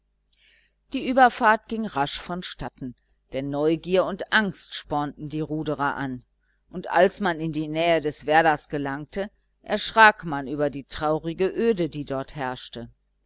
die überfahrt ging rasch vonstatten denn neugier und angst spornten die ruderer an und als man in die nähe des werders gelangte erschrak man über die traurige öde die dort herrschte